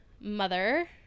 mother